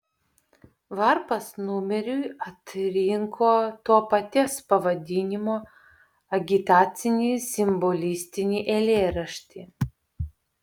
varpas numeriui atrinko to paties pavadinimo agitacinį simbolistinį eilėraštį